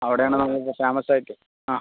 അവിടെയാണ് നമ്മൾ ഇപ്പം ഫേമസ് ആയിട്ട് ആ